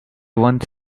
one